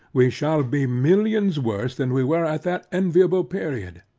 we shall be millions worse than we were at that enviable period.